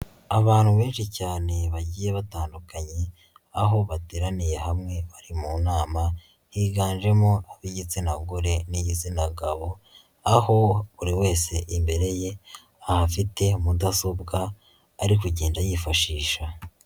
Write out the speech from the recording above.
Abantu benshi cyane bagiye batandukanye aho bateraniye hamwe bari mu nama higanjemo ab'igitsina gore n'igitsina gabo, aho buri wese imbere ye ahafite mudasobwa ari kugenda yifashisha.